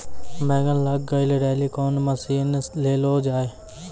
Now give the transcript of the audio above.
बैंगन लग गई रैली कौन मसीन ले लो जाए?